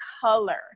color